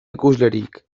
ikuslerik